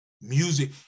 music